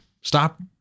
Stop